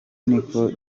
niko